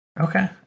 Okay